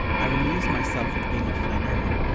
i amused myself with being a flaneur,